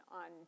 on